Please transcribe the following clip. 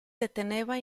deteneva